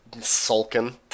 sulking